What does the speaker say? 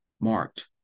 marked